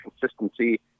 consistency